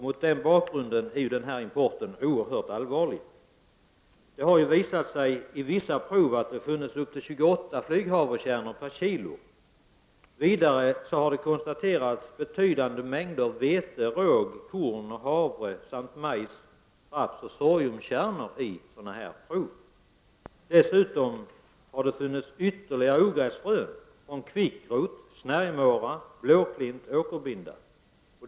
Mot den bakgrunden är denna import oerhört allvarlig. I vissa prov har det visat sig att det har funnits upp till 28 flyghavrekärnor per kilo. Vidare har det konstaterats betydande mängder vete-, råg-, korn-, havre-, rapsoch majskärnor i sådana prov. Dessutom har det funnits ytterligare ogräsfrön från kvickrot, snärjmåra, blåklint och åkerbinda.